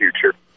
future